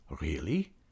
Really